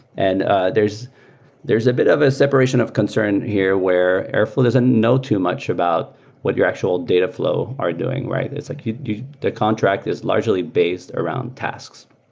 and ah there's there's a bit of a separation of concern here where airflow doesn't know too much about what your actual data flow are doing, right? it's like you know contract is largely based around tasks.